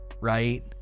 right